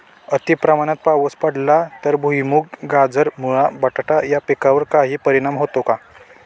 अतिप्रमाणात पाऊस पडला तर भुईमूग, गाजर, मुळा, बटाटा या पिकांवर काही परिणाम होतो का?